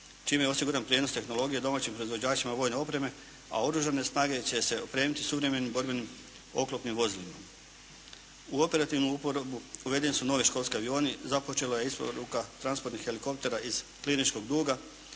čime je osiguran prijenos tehnologije domaćim proizvođačima vojne opreme, a Oružane snage će se opremiti suvremenim borbenim oklopnim vozilima. U operativnu uporabu uvedeni su novi školski avioni, započela je isporuka transportnih helikoptera iz klirinškog duga